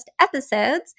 episodes